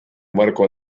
marco